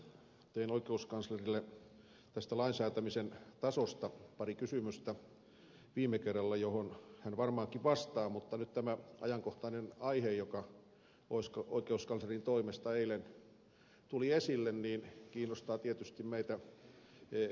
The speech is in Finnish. tein oikeuskanslerille tästä lainsäätämisen tasosta viime kerralla pari kysymystä joihin hän varmaankin vastaa mutta nyt tämä ajankohtainen aihe joka oikeuskanslerin toimesta eilen tuli esille kiinnostaa tietysti meitä kansanedustajiakin